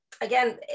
again